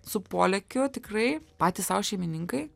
su polėkiu tikrai patys sau šeimininkai